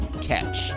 catch